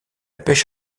pêche